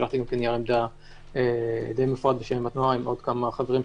שלחתי נייר עמדה די מפורט בשם התנועה עם עוד חברים,